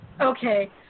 Okay